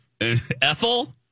Ethel